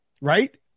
right